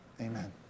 amen